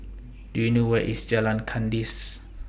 Do YOU know Where IS Jalan Kandis